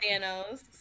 thanos